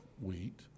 wheat